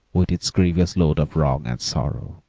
with its grievous load of wrong and sorrow.